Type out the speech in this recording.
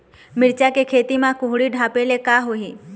मिरचा के खेती म कुहड़ी ढापे ले का होही?